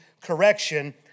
correction